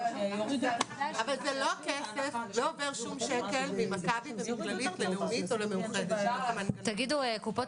אין משהו אחר מעצם זה שהמדינה אולי נותנת לקופות